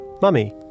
Mummy